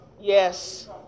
Yes